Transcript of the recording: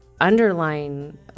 underlying